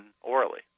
orally